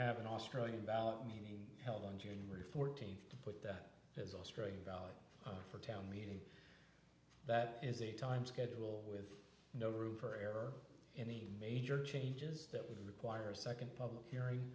have an australian ballot meaning helen junior fourteenth to put that as australian values for a town meeting that is a time schedule with no room for error any major changes that would require a second public hearing